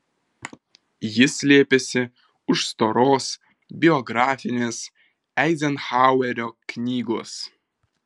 ji slėpėsi už storos biografinės eizenhauerio knygos